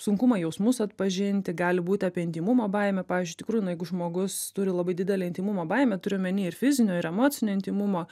sunkumą jausmus atpažinti gali būti apie intymumo baimę pavyzdžiui iš tikrųjų nu jeigu žmogus turi labai didelę intymumo baimę turiu omeny ir fizinio ir emocinio intymumo